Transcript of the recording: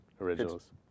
originals